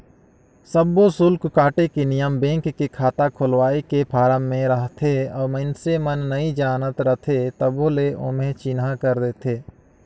सब्बो सुल्क काटे के नियम बेंक के खाता खोलवाए के फारम मे रहथे और मइसने मन नइ जानत रहें तभो ले ओम्हे चिन्हा कर देथे